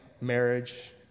marriage